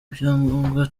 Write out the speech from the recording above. ibyangombwa